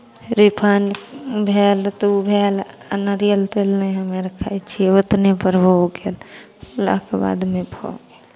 refine भेल तऽ ओ भेल आ नारियल तेल नहि हमराअर खाइ छी उतनेपर हो गेल होलाके बादमे खाउ